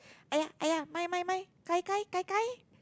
!aiya! !aiya! my my my kai kai kai kai